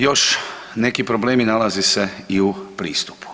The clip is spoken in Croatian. Još neki problemi nalaze se i u pristupu.